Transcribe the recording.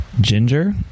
Ginger